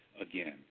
again